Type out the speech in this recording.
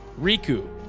Riku